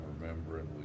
remembering